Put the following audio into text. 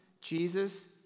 Jesus